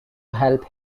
help